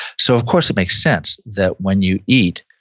so of course it makes sense that when you eat,